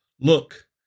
look